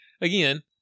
Again